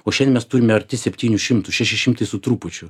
o šiandien mes turime arti septynių šimtų šeši šimtai su trupučiu